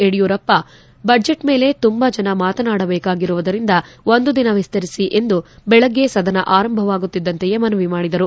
Yediyurappa budget ಮೇಲೆ ತುಂಬ ಜನ ಮಾತನಾಡಬೇಕಾಗಿರುವುದರಿಂದ ಒಂದು ದಿನ ವಿಸ್ತರಿಸಿ ಎಂದು ಬೆಳಿಗ್ಗೆ ಸದನ ಆರಂಭವಾಗುತ್ತಿದ್ದಂತೇ ಮನವಿ ಮಾಡಿದರು